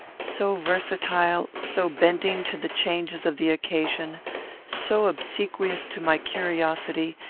so versatile so bending to the changes of the occasion so obsequious to my curiosity,